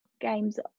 games